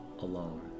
alone